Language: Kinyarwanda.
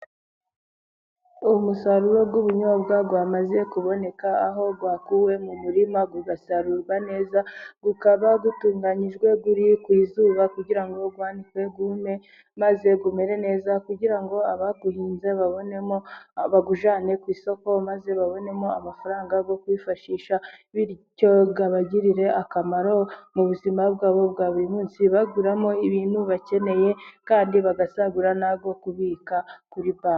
Umusaruro w'ubunyobwa wamaze kuboneka, aho wakuwe mu murima ugasarurwa neza ukaba utunganyijwe uri ku izuba kugira ngo wanikwe wume maze umere neza ,kugira ngo abawuhinze babonemo bawujyane ku isoko maze babonemo amafaranga yo kwifashisha, bityo ubagirire akamaro mu buzima bwabo bwa buri munsi baguramo ibintu bakeneye, kandi bagasagura na yo kubika kuri banke.